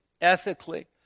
ethically